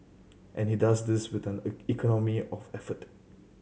and he does this with an economy of effort